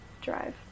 drive